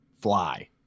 fly